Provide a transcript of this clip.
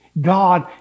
God